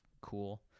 cool